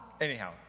anyhow